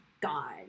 god